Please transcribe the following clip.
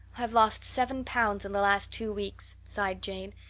i've lost seven pounds in the last two weeks, sighed jane.